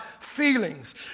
feelings